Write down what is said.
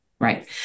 right